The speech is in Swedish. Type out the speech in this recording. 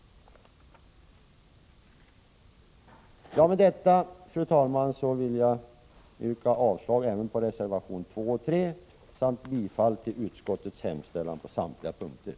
107 Fru talman! Med detta vill jag yrka bifall till utskottets hemställan på alla punkter, vilket innebär avslag på reservationerna 1, 2 och 3.